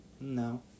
No